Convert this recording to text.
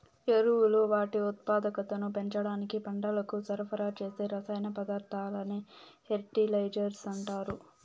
ఎరువులు వాటి ఉత్పాదకతను పెంచడానికి పంటలకు సరఫరా చేసే రసాయన పదార్థాలనే ఫెర్టిలైజర్స్ అంటారు